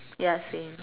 ya same